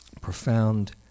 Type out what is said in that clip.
profound